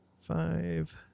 five